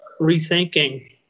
rethinking